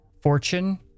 fortune